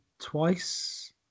twice